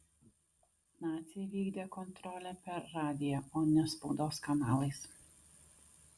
naciai vykdė kontrolę per radiją o ne spaudos kanalais